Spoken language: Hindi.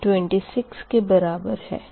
यह 26 के बराबर है